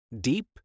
deep